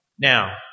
Now